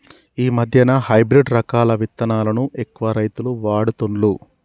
ఈ మధ్యన హైబ్రిడ్ రకాల విత్తనాలను ఎక్కువ రైతులు వాడుతుండ్లు